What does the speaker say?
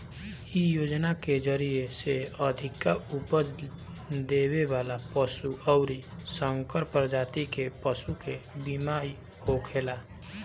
इ योजना के जरिया से अधिका उपज देवे वाला पशु अउरी संकर प्रजाति के पशु के बीमा होखेला